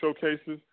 showcases